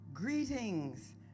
Greetings